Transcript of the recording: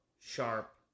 sharp